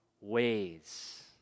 ways